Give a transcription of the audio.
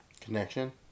connection